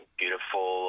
beautiful